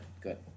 good